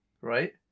right